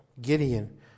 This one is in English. Gideon